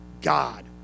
God